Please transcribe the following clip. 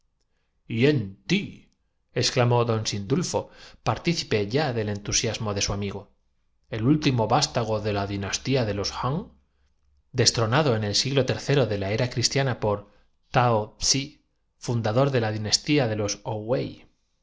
inmortal hien ti exclamó don sindulfo partícipe ya del entusiasmo de su amigo el último vástago de la di nastía de los han destronado en el siglo tercero de la era cristiana por tsao pi fundador de la dinastía de los